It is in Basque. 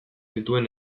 dituen